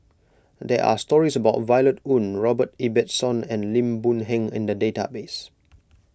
there are stories about Violet Oon Robert Ibbetson and Lim Boon Heng in the database